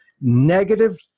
Negative